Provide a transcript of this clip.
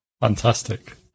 fantastic